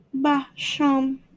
Basham